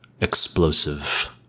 explosive